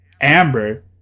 amber